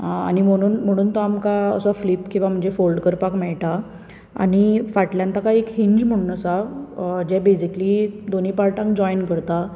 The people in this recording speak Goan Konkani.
आनी म्हणून म्हणून तो आमकां असो फ्लिप किंवा फोल्ड करपाक मेळटां आनी फाटल्यान ताका एक हिंज म्हणून आसा जे बेजिकली दोनी पार्टांक जॉयंट करता